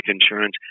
insurance